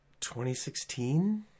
2016